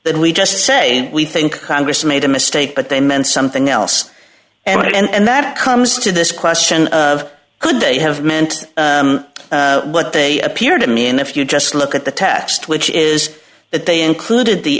that we just say we think congress made a mistake but they meant something else and that comes to this question of could they have meant what they appear to mean if you just look at the test which is that they included the